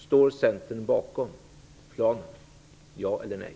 Står Centern bakom planen -- ja eller nej?